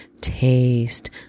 taste